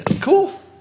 Cool